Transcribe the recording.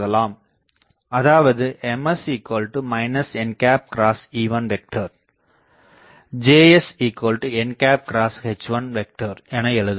அதாவது Ms nE1 JsnH1 என எழுதலாம்